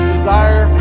desire